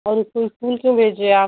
और उसको इस्कूल क्यों भेजे आप